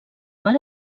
mar